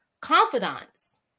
confidants